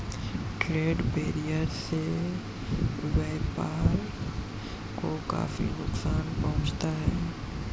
trade barrier से व्यापार को काफी नुकसान पहुंचता है